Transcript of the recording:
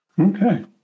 Okay